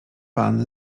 pan